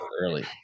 early